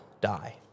die